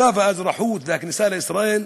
צו האזרחות והכניסה לישראל,